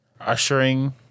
ushering